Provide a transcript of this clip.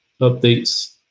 updates